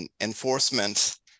Enforcement